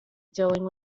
dealing